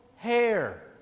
hair